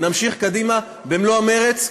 נמשיך קדימה במלוא המרץ.